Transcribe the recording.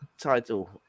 title